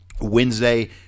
Wednesday